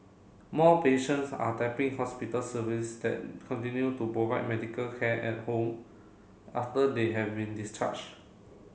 more patients are tapping hospital service that continue to provide medical care at home after they having discharged